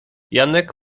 janek